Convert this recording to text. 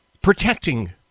protecting